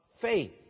faith